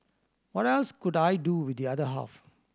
what else could I do with the other half